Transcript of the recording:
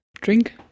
Drink